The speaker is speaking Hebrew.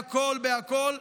בכול,